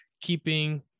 keeping